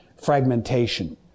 fragmentation